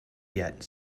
yet